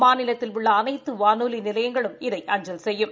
மாநிலத்தில் உள்ள அனைத்து வானொலி நிலையங்களும் இதை அஞ்சல் செய்யும்